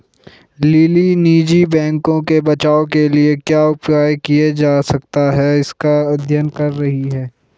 lily निजी बैंकों के बचाव के लिए क्या उपाय किया जा सकता है इसका अध्ययन कर रही है